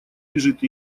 лежит